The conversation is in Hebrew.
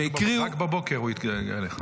רק בבוקר הוא התגעגע אליך.